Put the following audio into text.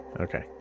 Okay